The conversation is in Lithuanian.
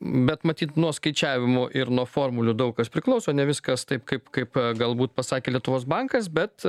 bet matyt nuo skaičiavimo ir nuo formulių daug kas priklauso ne viskas taip kaip kaip galbūt pasakė lietuvos bankas bet